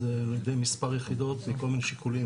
על ידי מספר יחידות מכל מיני שיקולים,